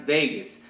Vegas